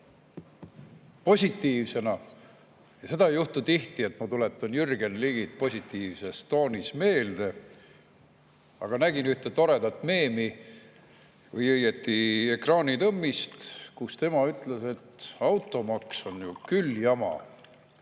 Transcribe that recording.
Positiivsena – seda ei juhtu tihti, et ma tuletan Jürgen Ligit positiivses toonis meelde – ütlen, et nägin ühte toredat meemi või õieti ekraanitõmmist, kus tema ütles, et automaks on ju küll jama.